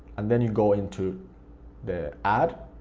and then you go into the ad,